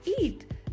eat